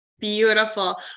Beautiful